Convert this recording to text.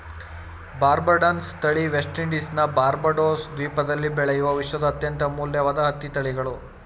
ಬಾರ್ಬಡನ್ಸ್ ತಳಿ ವೆಸ್ಟ್ ಇಂಡೀಸ್ನ ಬಾರ್ಬಡೋಸ್ ದ್ವೀಪದಲ್ಲಿ ಬೆಳೆಯುವ ವಿಶ್ವದ ಅತ್ಯಂತ ಅಮೂಲ್ಯವಾದ ಹತ್ತಿ ತಳಿಗಳು